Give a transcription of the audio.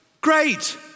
great